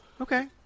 Okay